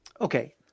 Okay